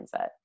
mindset